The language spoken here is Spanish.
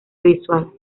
visual